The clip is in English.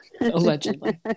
Allegedly